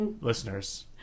Listeners